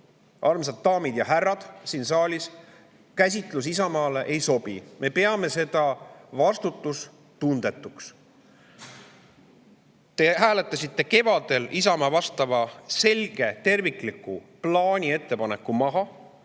armsad daamid ja härrad siin saalis, Isamaale ei sobi, me peame seda vastutustundetuks. Te hääletasite kevadel Isamaa selge tervikliku plaani ettepaneku maha.